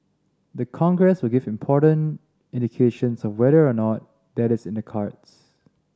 the Congress will give important indications of whether or not that is in the cards